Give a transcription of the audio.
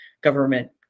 government